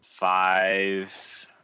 Five